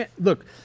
Look